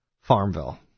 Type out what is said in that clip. Farmville